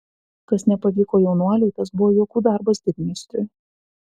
kas nepavyko jaunuoliui tas buvo juokų darbas didmeistriui